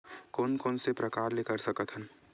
कोन कोन से प्रकार ले कर सकत हन?